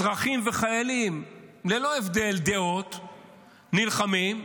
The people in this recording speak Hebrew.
אזרחים וחיילים ללא הבדל דעות נלחמים,